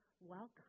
welcome